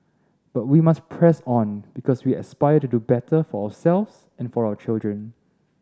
but we must press on because we aspire to do better for ourselves and our children